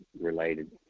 related